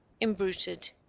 imbruted